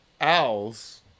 owls